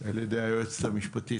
על ידי היועצת המשפטית.